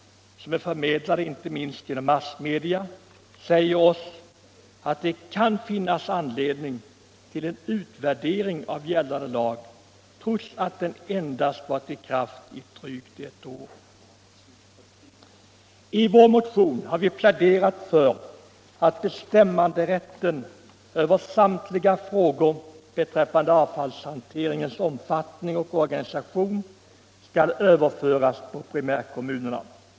förmedlade inte minst genom massmedia, säger oss att det kan finnas anledning till en utvärdering av gällande lag, trots att den varit i kraft endast ett år. I vår motion har vi pläderat för att bestämmanderätten i samtliga frågor som rör avfallshanteringens omfattning och organisation skall överföras på primärkommunerna.